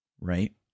Right